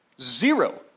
zero